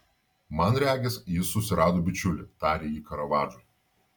man regis jis susirado bičiulį tarė ji karavadžui